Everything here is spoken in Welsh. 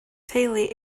teulu